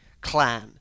clan